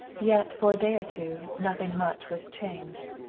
yet for a day or two nothing much was changed.